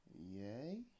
Yay